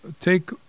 take